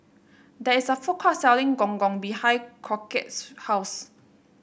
there is a food court selling Gong Gong behind Crockett's house